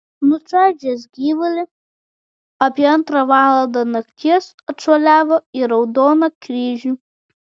nučaižęs gyvulį apie antrą valandą nakties atšuoliavo į raudoną kryžių